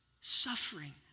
suffering